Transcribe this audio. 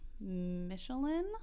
Michelin